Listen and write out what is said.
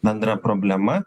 bendra problema